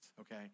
okay